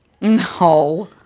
No